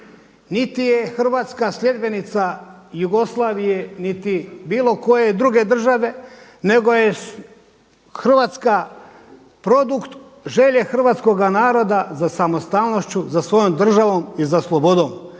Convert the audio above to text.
Niti je Hrvatska sljedbenica Jugoslavije, niti bilo koje druge države, nego je Hrvatska produkt želje hrvatskoga naroda za samostalnošću, za svojom državom i slobodom.